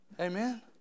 Amen